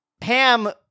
Pam